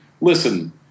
listen